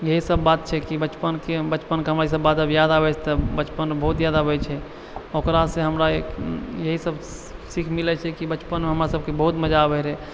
यही सब बात छै कि बचपनके बचपनके हमरा ईसब बात आब याद आबय छै तऽ बचपन बहुत याद आबय छै ओकरासँ हमरा यही सब सीख मिलय छै कि बचपनमे हमरा सबके बहुत मजा आबय रहय